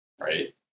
right